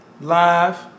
Live